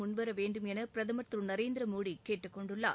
முன்வேரவேண்டும் என பிரதமர் திரு நரேந்திரமோடி கேட்டுக்கொண்டுள்ளார்